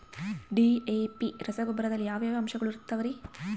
DAP ರಸಗೊಬ್ಬರದಲ್ಲಿ ಯಾವ ಯಾವ ಅಂಶಗಳಿರುತ್ತವರಿ?